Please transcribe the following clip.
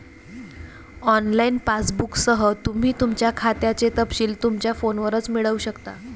online पासबुकसह, तुम्ही तुमच्या खात्याचे तपशील तुमच्या फोनवरच मिळवू शकता